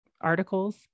articles